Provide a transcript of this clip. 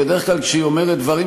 בדרך כלל כשהיא אומרת דברים,